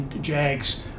Jags